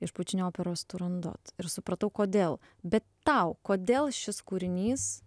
iš pučinio operos turandot ir supratau kodėl bet tau kodėl šis kūrinys